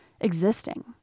existing